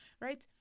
right